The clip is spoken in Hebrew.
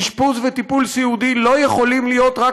אשפוז וטיפול סיעודי לא יכולים להיות רק